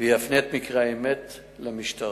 ויפנה את מקרי האמת למשטרה.